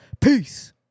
peace